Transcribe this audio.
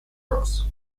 ross